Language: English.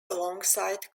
alongside